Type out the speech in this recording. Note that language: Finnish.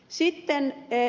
sitten ed